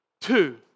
Two